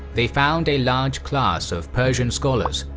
they found a large class of persian scholars,